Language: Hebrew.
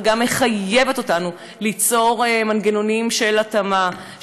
אבל גם מחייבת אותנו ליצור מנגנונים של התאמה,